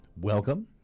Welcome